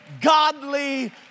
godly